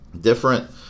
different